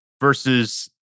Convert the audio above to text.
Versus